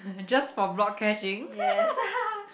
just for block catching